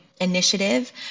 initiative